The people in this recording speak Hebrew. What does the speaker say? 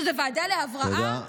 שזו ועדה להבראה?